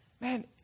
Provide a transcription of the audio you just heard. Man